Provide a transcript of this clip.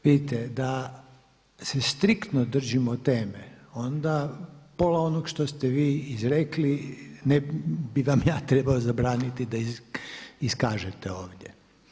Vidite, da se striktno držimo teme onda pola onog što ste vi izrekli ne bi vam ja trebao da iskažete ovdje.